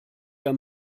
der